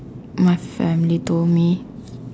my family told me